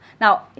Now